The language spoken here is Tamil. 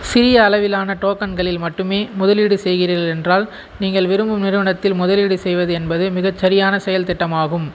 சிறிய அளவிலான டோக்கன்களில் மட்டுமே முதலீடு செய்கிறீர்கள் என்றால் நீங்கள் விரும்பும் நிறுவனத்தில் முதலீடு செய்வது என்பது மிகச் சரியான செயல் திட்டமாகும்